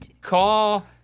Call